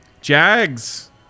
Jags